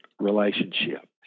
relationship